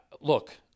Look